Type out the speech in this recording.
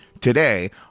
today